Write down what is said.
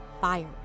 fired